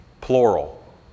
plural